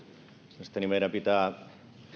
mielestäni meidän pitää